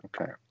okay